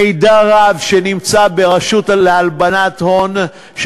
מידע רב נמצא ברשות להלבנת הון,